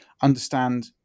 understand